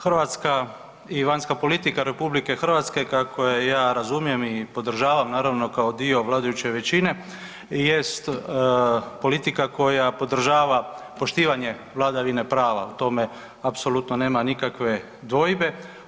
Hrvatska i vanjska politike RH kako je ja razumijem i podržavamo naravno kao dio vladajuće većine, jest politika koja podržava poštivanje vladavine prava, u tome apsolutno nema nikakve dvojbe.